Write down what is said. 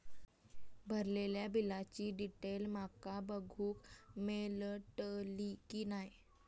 भरलेल्या बिलाची डिटेल माका बघूक मेलटली की नाय?